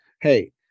hey